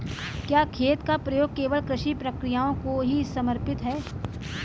क्या खेत का प्रयोग केवल कृषि प्रक्रियाओं को ही समर्पित है?